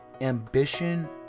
ambition